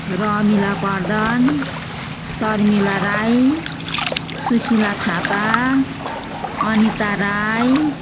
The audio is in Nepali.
रमिला प्रधान शर्मिला राई सुशिला थापा अनिता राई